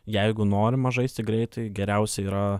jeigu norima žaisti greitai geriausia yra